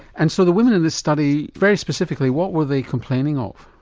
and so the women in this study very specifically what were they complaining of?